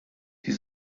die